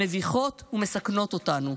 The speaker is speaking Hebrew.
מביכות ומסכנות אותנו.